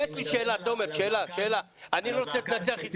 יש לי שאלה רק למידע.